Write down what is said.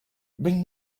bring